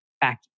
back